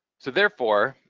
so therefore,